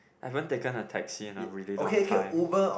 haven't taken a taxi in a really long time